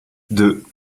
deux